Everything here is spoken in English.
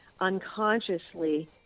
unconsciously